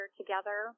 together